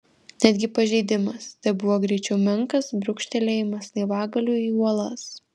netgi pažeidimas tebuvo greičiau menkas brūkštelėjimas laivagaliu į uolas